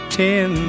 ten